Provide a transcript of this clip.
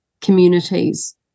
communities